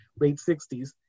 late-60s